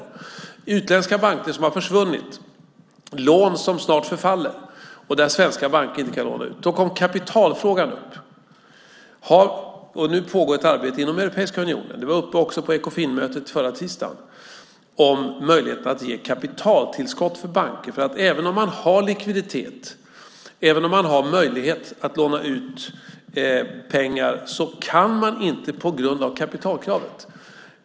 Det handlar om utländska banker som har försvunnit, lån som förfaller och där svenska banker inte kan låna ut. Då kommer frågan om kapital upp. Nu pågår ett arbete inom Europeiska unionen. På Ekofinmötet förra tisdagen var frågan uppe om möjligheten att ge kapitaltillskott för banker. Även om man har likviditet och möjlighet att låna ut pengar kan man inte göra det på grund av kapitalkravet.